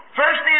first